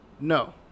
No